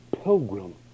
pilgrim